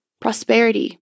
prosperity